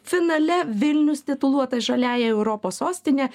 finale vilnius tituluotas žaliąja europos sostine